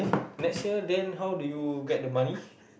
next year then how do you get the money